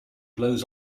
blows